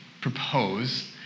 propose